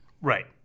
Right